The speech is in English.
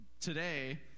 today